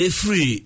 free